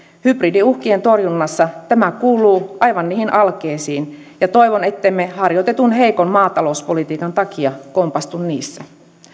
hybridiuhkien torjunnassa tämä kuuluu aivan niihin alkeisiin ja toivon ettemme harjoitetun heikon maatalouspolitiikan takia kompastu niissä